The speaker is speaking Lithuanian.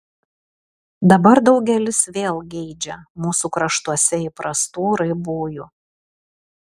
dabar daugelis vėl geidžia mūsų kraštuose įprastų raibųjų